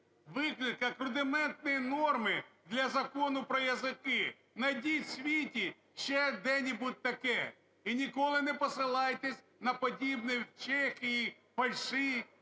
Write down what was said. виключити як рудиментные норми для закону про языки. Найдіть в світі ще де-небудь таке, і ніколи не посилайтесь на подібне в Чехії, Польщі,